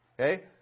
okay